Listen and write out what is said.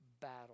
battle